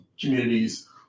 communities